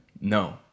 No